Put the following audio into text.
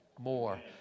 more